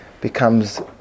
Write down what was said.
becomes